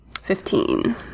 Fifteen